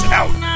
out